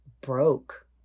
broke